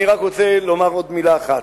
אני רק רוצה לומר עוד מלה אחת.